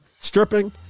stripping